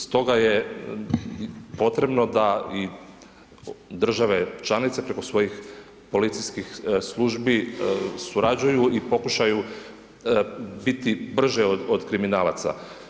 Stoga je potrebno da i države članice preko svojih policijskih službi surađuju i pokušaju biti brže od kriminalaca.